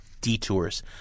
Detours